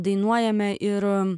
dainuojame ir